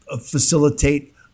facilitate